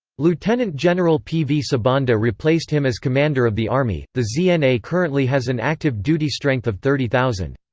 lieutenant general p. v. sibanda replaced him as commander of the army the zna currently has an active duty strength of thirty thousand.